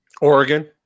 Oregon